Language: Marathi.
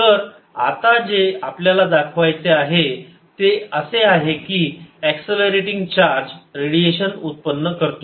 तर आता जे आपल्याला दाखवायचे आहे ते असे आहे की एक्ससेलरेटिंग चार्ज रेडिएशन उत्पन्न करतो